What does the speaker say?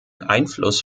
einfluss